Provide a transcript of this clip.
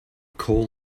call